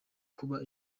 kuruka